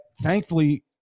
thankfully –